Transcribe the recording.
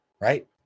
right